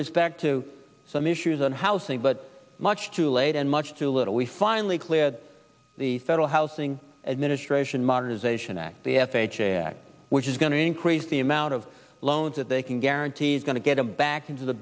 respect to some issues on housing but much too late and much too little we finally cleared the federal housing administration modernization act the f h a act which is going to increase the amount of loans that they can guarantee is going to get him back into the